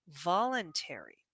voluntary